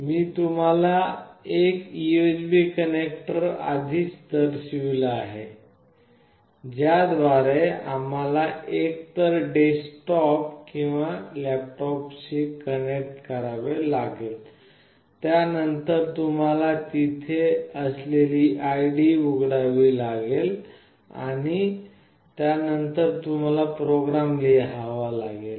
मी तुम्हाला एक USB connector आधीच दर्शविला आहे ज्याद्वारे तुम्हाला एकतर डेस्कटॉप किंवा लॅपटॉपशी कनेक्ट करावे लागेल त्यानंतर तुम्हाला तिथे असलेली id उघडावी लागेल आणि त्यानंतर तुम्हाला प्रोग्राम लिहावा लागेल